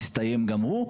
הסתיים גם הוא,